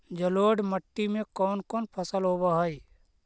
जलोढ़ मट्टी में कोन कोन फसल होब है?